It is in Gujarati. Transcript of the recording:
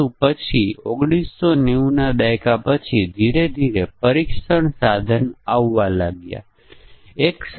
તો ચાલો બીજી સમસ્યા માટે નિર્ણય કોષ્ટક પરીક્ષણ ડિઝાઇન કરવાનો પ્રયાસ કરીએ